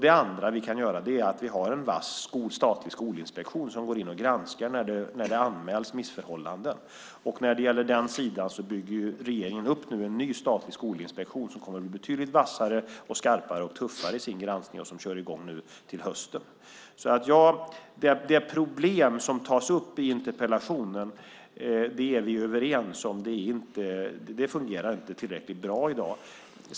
Det andra vi kan göra är att ha en vass statlig skolinspektion som går in och granskar när det anmäls missförhållanden. När det gäller den sidan bygger regeringen nu upp en ny statlig skolinspektion som kommer att bli betydligt vassare, skarpare och tuffare i sin granskning. Den kör i gång nu till hösten. Det problem som tas upp i interpellationen är vi överens om. Det fungerar inte tillräckligt bra i dag.